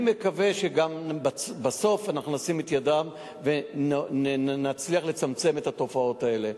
אני מקווה שבסוף אנחנו נשים את ידנו ונצליח לצמצם את התופעות האלה,